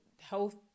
health